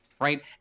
right